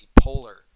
polar